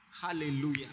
hallelujah